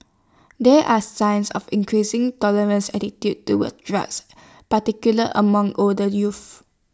there are signs of increasing tolerance attitudes towards drugs particular among older youth